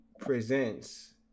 Presents